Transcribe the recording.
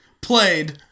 Played